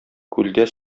күлдә